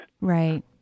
Right